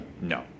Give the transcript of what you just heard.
no